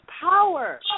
power